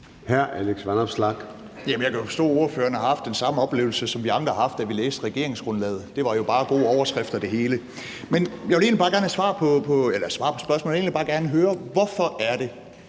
Jeg kan forstå, ordføreren har haft den samme oplevelse, som vi andre havde, da vi læste regeringsgrundlaget: at det jo bare var gode overskrifter det hele. Men jeg vil egentlig bare gerne høre: Hvorfor er det,